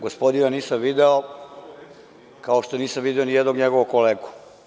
Gospodina nisam video, kao što nisam video ni jednog njegovog kolegu.